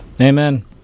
Amen